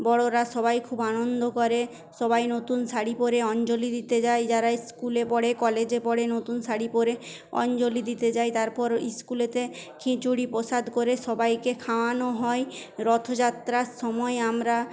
বড়োরা সবাই খুব আনন্দ করে সবাই নতুন শাড়ি পরে অঞ্জলি দিতে যায় যারা স্কুলে পরে কলেজে পরে নতুন শাড়ি পড়ে অঞ্জলি দিতে যায় তারপর স্কুলে খিচুড়ি প্রসাদ করে সবাইকে খাওয়ানো হয় রথযাত্রার সময় আমরা